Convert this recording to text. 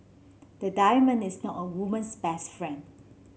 the diamond is not a woman's best friend